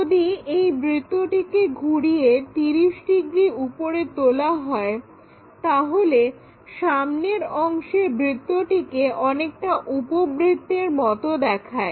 যদি এই বৃত্তটিকে ঘুরিয়ে 30 ডিগ্রি উপরে তোলা হয় তাহলে সামনের অংশের বৃত্তটিকে অনেকটা উপবৃত্তের মত দেখায়